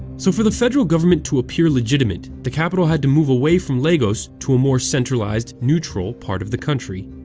so for the federal government to appear legitimate, the capital had to move away from lagos to a more centralized, neutral part of the country.